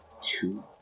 Two